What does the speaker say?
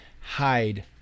hide